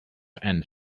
and